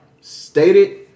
stated